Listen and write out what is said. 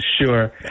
Sure